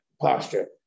posture